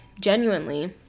genuinely